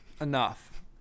Enough